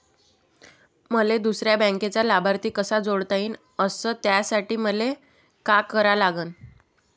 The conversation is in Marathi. मले दुसऱ्या बँकेचा लाभार्थी कसा जोडता येईन, अस त्यासाठी मले का करा लागन?